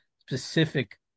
specific